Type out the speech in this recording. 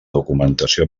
documentació